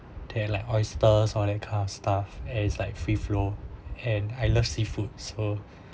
they're like oysters or that kind of stuff and it's like free flow and I love seafood so